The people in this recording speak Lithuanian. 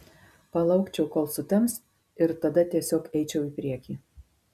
palaukčiau kol sutems ir tada tiesiog eičiau į priekį